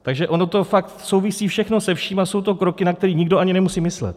Takže ono to fakt souvisí všechno se vším a jsou to kroky, na které nikdo nemusí ani myslet.